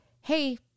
hey